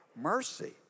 mercy